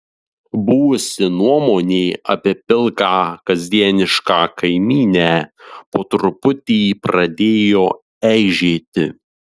buvusi nuomonė apie pilką kasdienišką kaimynę po truputį pradėjo eižėti